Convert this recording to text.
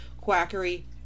quackery